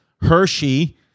Hershey